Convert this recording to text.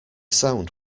sound